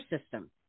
system